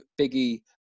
Biggie